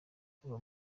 kuva